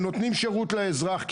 שנותנים שירות לאזרח,